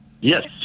Yes